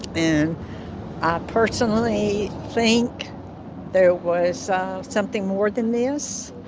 and i personally think there was something more than this